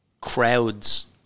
crowds